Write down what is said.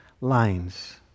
lines